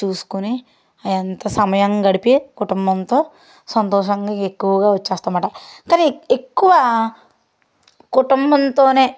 చూసుకొని ఎంత సమయం గడిపి కుటుంబంతో సంతోషంగా ఎక్కువగా వచ్చేస్తాం అన్నమాట కానీ ఎక్కువ కుటుంబంతో